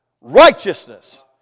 righteousness